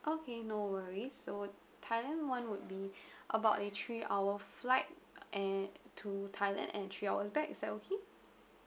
okay no worries so thailand one would be about a three hour flight and to thailand and three hours back is that okay